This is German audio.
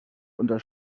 unter